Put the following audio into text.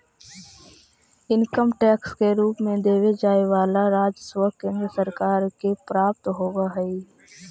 income tax के रूप में देवे जाए वाला राजस्व केंद्र सरकार के प्राप्त होव हई